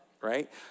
right